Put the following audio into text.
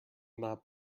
not